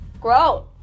gross